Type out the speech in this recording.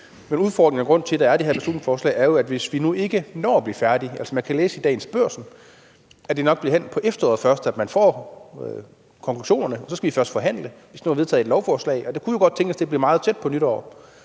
de udfordringer, der er, hvis vi nu ikke når at blive færdige. Altså, man kan læse i dagens Børsen, at vi nok når hen på efteråret, før vi får konklusionerne, og så skal vi først forhandle, inden vi vedtager et lovforslag, og det kunne jo godt tænkes, at det blev meget tæt på nytår.